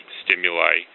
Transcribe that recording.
stimuli